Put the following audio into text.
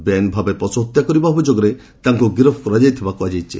ବେଆଇନ୍ ଭାବେ ପଶ୍ର ହତ୍ୟା କରିବା ଅଭିଯୋଗରେ ତାଙ୍କୁ ଗିରଫ୍ କରାଯାଇଛି ବୋଲି କୁହାଯାଇଛି